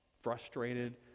frustrated